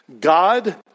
God